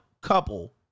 couple